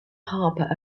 harbour